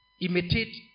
imitate